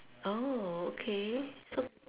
oh okay